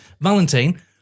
Valentine